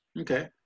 Okay